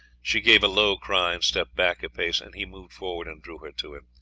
she gave a low cry and stepped back a pace, and he moved forwards and drew her to him.